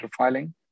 interfiling